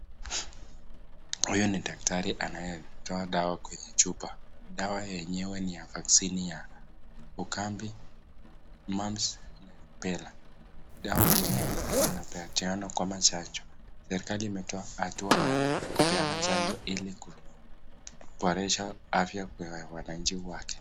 Huyu ni daktari anayetoa dawa kwenye chupa, dawa yenyewe ni ya vaccini ya ukambi, mumps na rubella, dawa yenyewe unapatianwa kama chanjo, serikali imetoa hatua ya kupeana chanjo ili kuboresh afya kwa wananchi wote.